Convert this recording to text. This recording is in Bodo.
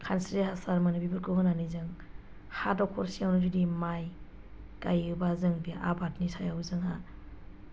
खानस्रि हासार मोनो बेफोरखौ होनानै जों हा दखरसेयावनो जुदि माइ गायोब्ला जों बे आबादनि सायाव जोंहा